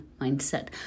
mindset